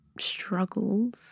struggles